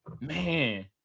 Man